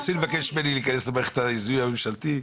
תנסי ממני להיכנס למערכת הזיהוי הממשלתי.